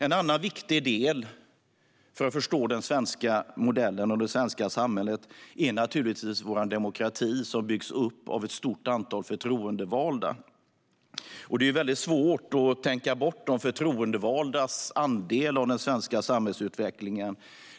En annan viktig del för att förstå den svenska modellen och det svenska samhället är naturligtvis vår demokrati, som byggs upp av ett stort antal förtroendevalda. Det är mycket svårt att tänka bort de förtroendevaldas del av den svenska samhällsutvecklingen.